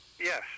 Yes